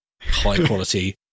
high-quality